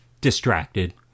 distracted